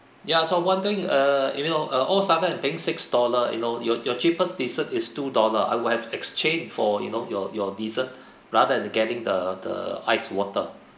ya so I wondering err you know uh all sudden I'm paying six dollar you know your your cheapest dessert is two dollar I would have exchange for you know your your dessert rather than getting the the ice water